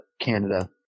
Canada